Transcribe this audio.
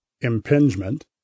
impingement